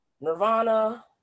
Nirvana